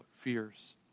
fears